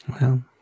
Well-